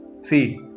See